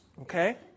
okay